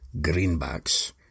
greenbacks